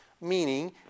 meaning